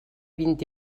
vint